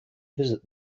visit